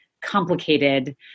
complicated